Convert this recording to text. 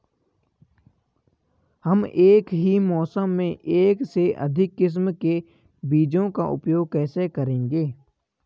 हम एक ही मौसम में एक से अधिक किस्म के बीजों का उपयोग कैसे करेंगे?